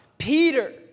Peter